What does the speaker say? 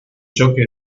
choque